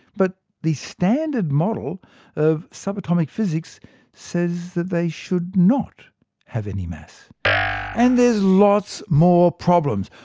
but the standard model of sub-atomic physics says they should not have any mass. and there's lots more problems.